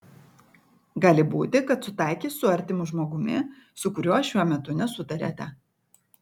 gali būti kad sutaikys su artimu žmogumi su kuriuo šiuo metu nesutariate